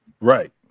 Right